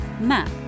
map